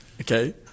Okay